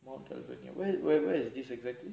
where where where is this exactly